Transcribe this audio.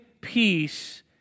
peace